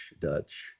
Dutch